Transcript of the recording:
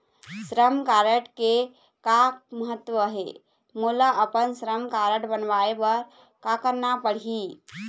श्रम कारड के का महत्व हे, मोला अपन श्रम कारड बनवाए बार का करना पढ़ही?